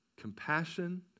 Compassion